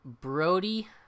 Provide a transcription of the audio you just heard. Brody